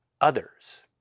others